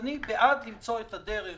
אני בעד למצוא את הדרך